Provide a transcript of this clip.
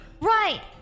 Right